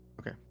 okay